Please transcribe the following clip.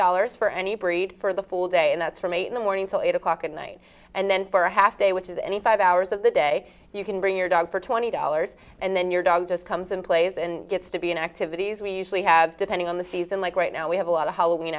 dollars for any breed for the full day and that's from eight in the morning till eight o'clock at night and then for a half day which is any five hours of the day you can bring your dog for twenty dollars and then your dog just comes and plays and gets to be in activities we usually have depending on the season like right now we have a lot of h